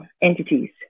entities